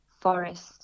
Forest